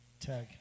Tag